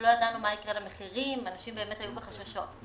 לא ידענו מה יקרה למחירים, אנשים היו בחששות.